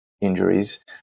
injuries